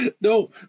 no